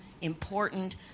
important